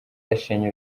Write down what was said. yashenye